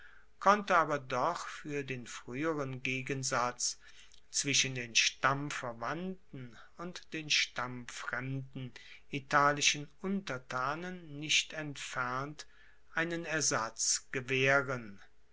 konnte aber doch fuer den frueheren gegensatz zwischen den stammverwandten und den stammfremden italischen untertanen nicht entfernt einen ersatz gewaehren